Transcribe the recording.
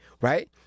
right